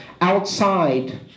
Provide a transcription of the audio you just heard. outside